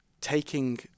taking